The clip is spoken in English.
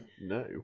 No